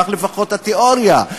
כך לפחות התיאוריה,